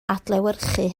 adlewyrchu